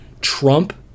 Trump